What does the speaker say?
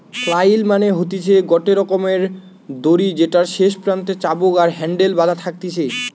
flail মানে হতিছে গটে রকমের দড়ি যেটার শেষ প্রান্তে চাবুক আর হ্যান্ডেল বাধা থাকতিছে